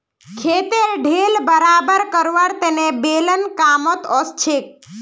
खेतेर ढेल बराबर करवार तने बेलन कामत ओसछेक